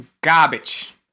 garbage